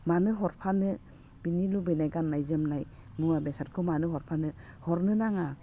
मानो हरफानो बिनि लुबैनाय गाननाय जोमनाय मुवा बेसादखौ मानो हरफानो हरनो नाङा